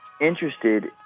interested